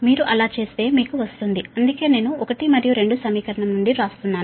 మీరు అలా చేస్తే మీకు వస్తుంది అందుకే నేను 1 మరియు 2 సమీకరణం నుండి వ్రాస్తున్నాను